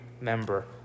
member